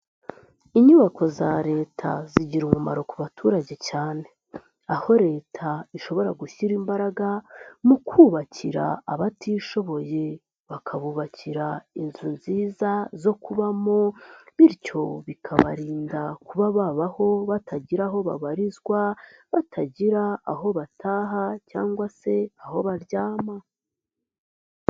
Inyubako za leta zigira umumaro ku baturage cyane. Aho leta ishobora gushyira imbaraga mu kubakira abatishoboye bakabubakira inzu nziza zo kubamo, bityo bikabarinda kuba babaho batagira aho babarizwa, batagira aho bataha, cyangwa se aho baryama.